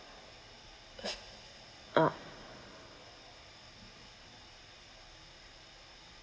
ah